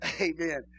Amen